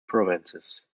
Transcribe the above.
provinces